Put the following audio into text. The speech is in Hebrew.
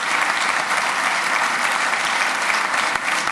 (מחיאות כפיים)